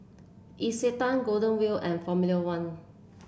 Isetan Golden Wheel and Formula One